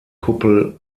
kuppel